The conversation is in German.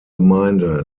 gemeinde